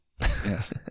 Yes